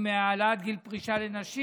עם העלאת גיל הפרישה לנשים,